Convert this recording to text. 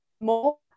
more